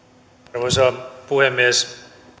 arvoisa puhemies